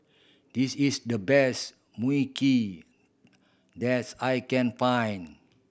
this is the best Mui Kee that's I can find